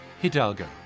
Hidalgo